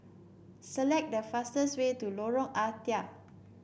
select the fastest way to Lorong Ah Thia